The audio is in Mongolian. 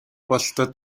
бололтой